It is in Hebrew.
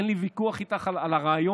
אין לי ויכוח איתך על הרעיון,